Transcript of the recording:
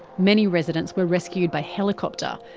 many residents were rescued by helicopter.